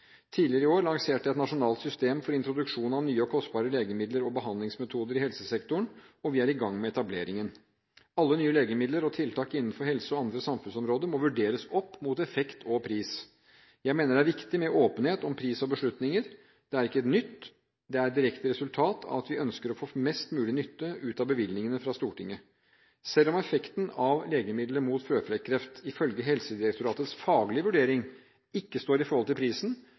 Tidligere i år lanserte jeg et nasjonalt system for introduksjon av nye og kostbare legemidler og behandlingsmetoder i helsesektoren, og vi er i gang med etableringen. Alle nye legemidler og tiltak innenfor helse og andre samfunnsområder må vurderes opp mot effekt og pris. Jeg mener det er viktig med åpenhet om pris og beslutninger. Dette er ikke nytt – det er et direkte resultat av at vi ønsker å få mest mulig nytte ut av bevilgningene fra Stortinget. Selv om effekten av legemidlet mot føflekkreft ifølge Helsedirektoratets faglige vurdering ikke står i forhold til prisen,